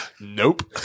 Nope